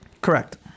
Correct